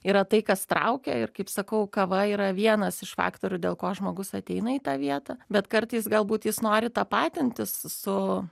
yra tai kas traukia ir kaip sakau kava yra vienas iš faktorių dėl ko žmogus ateina į tą vietą bet kartais galbūt jis nori tapatintis su